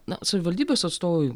na savivaldybės atstovai